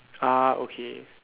ah okay